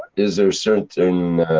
is there certain.